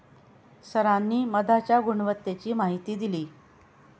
सरांनी मधाच्या गुणवत्तेची माहिती दिली